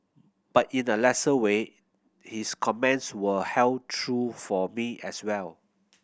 but in a lesser way his comments will held true for me as well